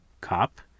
cop